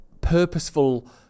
purposeful